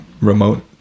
remote